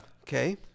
Okay